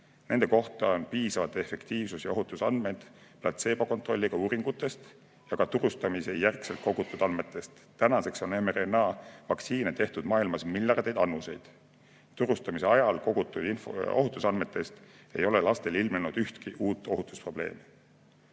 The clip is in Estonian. Nende kohta on piisavalt efektiivsus‑ ja ohutusandmeid tänu platseebokontrolliga uuringutele ja ka turustamise järgselt kogutud [infole]. Tänaseks on mRNA-vaktsiine süstitud maailmas miljardeid annuseid. Turustamise ajal kogutud ohutusandmete põhjal ei ole lastel ilmnenud ühtegi uut ohutusprobleemi.